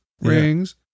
Rings